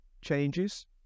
changes